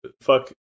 fuck